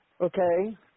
Okay